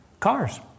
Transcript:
cars